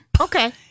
okay